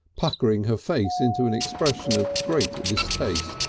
puckering her face into an expression of great distaste